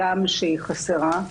הגם שהיא חסרה,